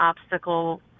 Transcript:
obstacle